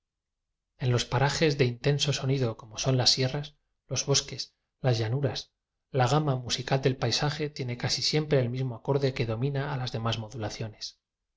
en los parajes de intenso sonido como son las sierras los bosques las llanuras a gama musical del paisaje tiene casi siem pre el mismo acorde que domina a las de